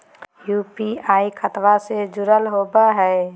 UPI खतबा से जुरल होवे हय?